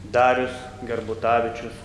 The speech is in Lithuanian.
darius gerbutavičius